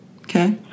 Okay